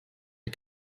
les